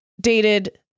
dated